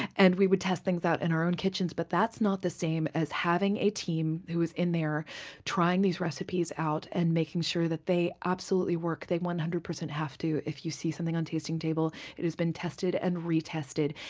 and we would test things out in our own kitchens. but that's not the same as having a team who is in there trying these recipes out and making sure that they absolutely work. they one hundred percent have to if you see something on tasting table, it has been tested and re-tested.